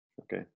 Okay